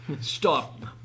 Stop